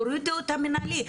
תורידו לו את המינהלי,